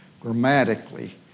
grammatically